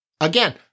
again